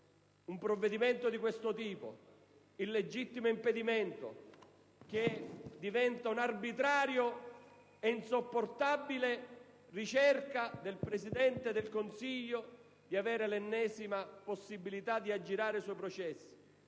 un provvedimento di questo tipo, il legittimo impedimento, un'arbitraria e insopportabile ricerca del Presidente del Consiglio di avere l'ennesima possibilità di aggirare i suoi processi,